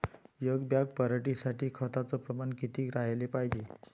एक बॅग पराटी साठी खताचं प्रमान किती राहाले पायजे?